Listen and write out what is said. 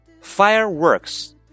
Fireworks